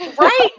right